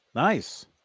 Nice